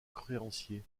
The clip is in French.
créancier